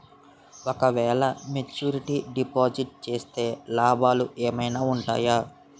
ఓ క వేల maturity deposit చేస్తే లాభాలు ఏమైనా ఉంటాయా?